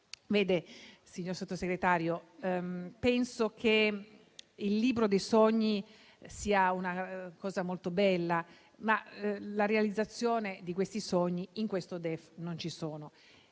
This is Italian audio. festa. Signor Sottosegretario, penso che il libro dei sogni sia una cosa molto bella, ma la realizzazione di questi sogni, in questo DEF, non c'è.